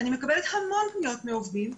אני מקבלת המון פניות מעובדים,